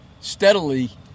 steadily